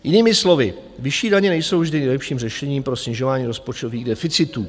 Jinými slovy vyšší daně nejsou vždy nejlepším řešením pro snižování rozpočtových deficitů.